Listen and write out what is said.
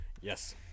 Yes